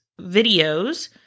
videos